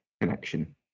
connection